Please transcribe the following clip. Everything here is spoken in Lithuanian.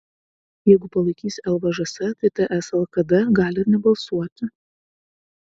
jeigu palaikys lvžs tai ts lkd gali ir nebalsuoti